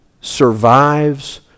survives